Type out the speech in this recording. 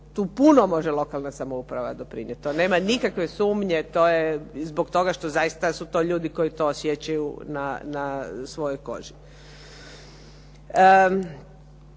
Tu puno može lokalna samouprava doprinijeti. To nema nikakve sumnje. To je zbog toga što zaista su to ljudi koji to osjećaju na svojoj koži.